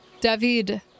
David